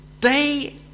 day